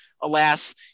Alas